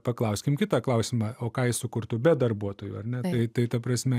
paklauskim kitą klausimą o ką jis sukurtų be darbuotojų ar ne tai ta prasme